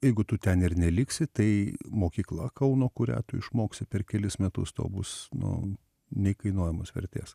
jeigu tu ten ir neliksi tai mokykla kauno kurią tu išmoksi per kelis metus tau bus nu neįkainojamos vertės